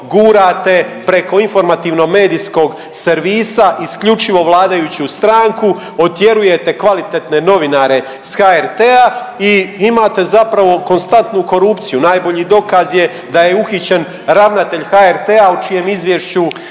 gurate preko Informativno medijskog servisa isključivo vladajuću stranku otjerujete kvalitetne novinare s HRT-a i imate zapravo konstantnu korupciju, najbolji dokaz je da je uhićen ravnatelj HRT-a o čijem izvješću